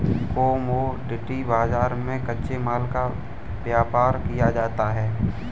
commodity बाजार में कच्चे माल का व्यापार किया जाता है